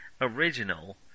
original